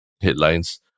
headlines